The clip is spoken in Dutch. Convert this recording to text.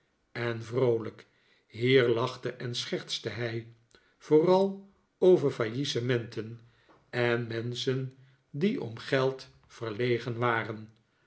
en vroo lijk hier lachte en scherste hij vooral over faillissementen en menschen die om geld verlegen waren